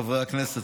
חברי הכנסת,